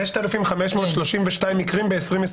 5,532 מקרים ב- 2021,